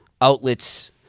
outlets